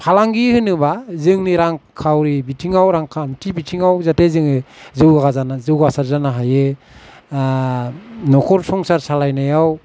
फालांगि होनोबा जोंनि रांखावरि बिथिङाव रांखान्थि बिथिङाव जाथे जोङो जौगाजाना जौगासार जानो हायो न'खर संसार सालायनायाव